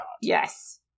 Yes